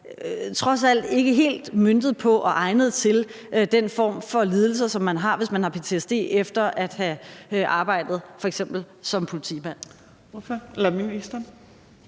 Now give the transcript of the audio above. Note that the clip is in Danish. trods alt ikke helt er møntet på og egnet til den form for lidelser, som man har, hvis man har ptsd efter at have arbejdet f.eks. som politimand.